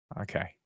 Okay